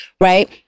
right